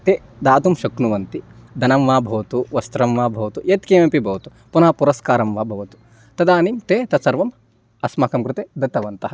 ते दातुं शक्नुवन्ति धनं वा भवतु वस्त्रं वा भवतु यत्किमपि भवतु पुनः पुरस्कारं वा भवतु तदानीं ते तत् सर्वम् अस्माकं कृते दत्तवन्तः